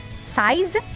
size